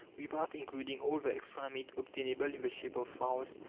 without including all the extra meat obtainable in the shape of fowls,